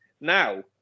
now